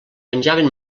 penjaven